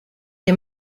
det